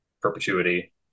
perpetuity